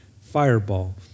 fireball